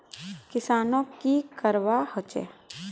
किसानोक की करवा होचे?